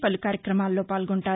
పలు కార్యక్రమాల్లో పాల్గొంటారు